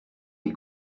les